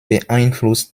beeinflusst